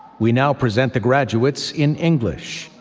we now present the graduates in english.